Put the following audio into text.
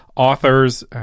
authors